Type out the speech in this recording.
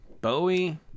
Bowie